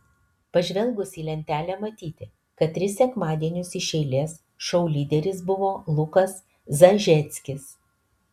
pažvelgus į lentelę matyti kad tris sekmadienius iš eilės šou lyderis buvo lukas zažeckis